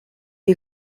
die